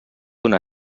una